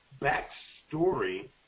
backstory